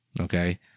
Okay